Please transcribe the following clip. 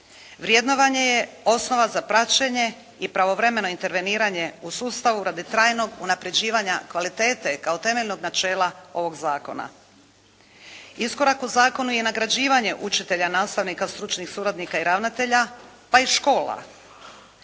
Vrjednovanje je osnova za praćenje i pravovremeno interveniranje u sustavu radi trajnog unapređivanja kvalitete kao temeljnog načela ovog zakona. Iskorak u zakonu je nagrađivanje učitelja, nastavnika, stručnih suradnika i ravnatelja, pa i škola.